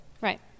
Right